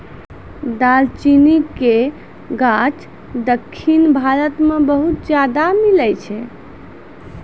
दालचीनी के गाछ दक्खिन भारत मे बहुते ज्यादा मिलै छै